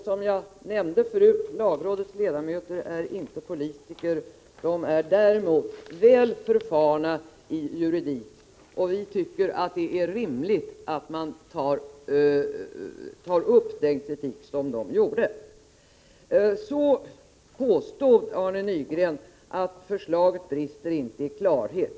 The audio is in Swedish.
Som jag nämnde förut, är lagrådets ledamöter inte politiker. De är däremot väl förfarna i juridik, och vi tycker att det är rimligt att man tar upp den kritik som de har fört fram. Arne Nygren påstod att förslaget inte brister i klarhet.